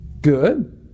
Good